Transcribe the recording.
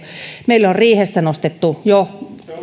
meillä on riihessä nostettu